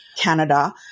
Canada